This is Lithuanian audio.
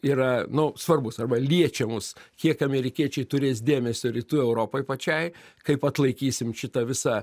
yra nu svarbus arba liečia mus kiek amerikiečiai turės dėmesio rytų europai pačiai kaip atlaikysim šitą visą